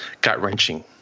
gut-wrenching